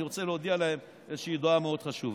אני רוצה להודיע להם איזושהי הודעה מאוד חשובה.